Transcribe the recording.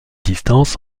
distance